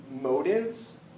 motives